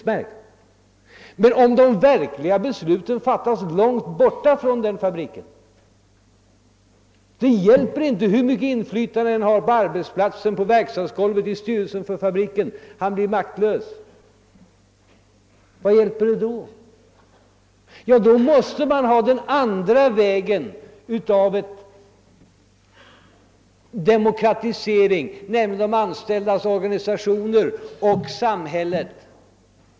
Men om de verkliga besluten fattas långt borta från fabriken hjälper det inte hur stort inflytande han än har på arbetsplatsen eller i fabrikens styrelse. Han förblir ändå maktlös. Man måste då i stället ta upp demokratiseringen från en annan utgångspunkt, nämligen genom de anställdas organisationer och genom samhället.